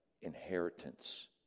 inheritance